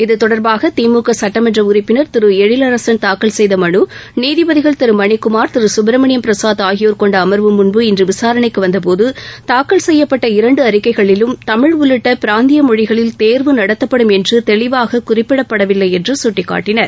இத்தொடர்பாக திமுக சட்டமன்ற உறுப்பினர் திரு எழிலரசள் தாக்கல் செய்த மனு நீதிபதிகள் திரு மணிக்குமார் திரு சுப்பிரமணியம் பிரசுத் ஆகியோர் கொண்ட அமர்வு முன்பு இன்று விசாரணைக்கு வந்தபோது தாக்கல் செய்யப்பட்ட இரண்டு அறிக்கைகளிலும் தமிழ் உள்ளிட்ட பிராந்திய மொழிகளில் தேர்வு நடத்தப்படும் என்று தெளிவாக குறிப்பிடப்படவில்லை என்று சுட்டிக்காட்டினர்